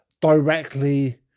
directly